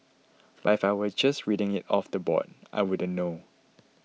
but if I were just reading it off the board I wouldn't know